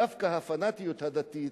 דווקא הפנאטיות הדתית,